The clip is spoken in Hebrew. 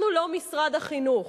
אנחנו לא משרד החינוך,